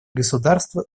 государства